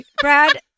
Brad